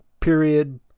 period